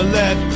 let